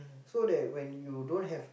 so that when you don't have